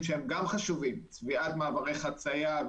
שהם גם חשובים כמו צביעת מעברי חציה,